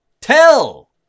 tell